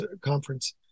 conference